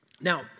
Now